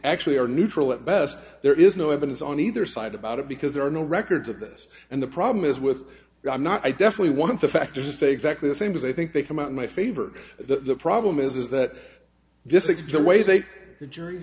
actually are neutral at best there is no evidence on either side about it because there are no records of this and the problem is with you i'm not i definitely want the fact to say exactly the same as i think they come out in my favor that the problem is that this is the way they the jury